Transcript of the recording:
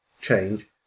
change